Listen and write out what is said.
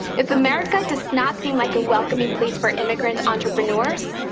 if america does not seem like a welcoming place for immigrant entrepreneurs,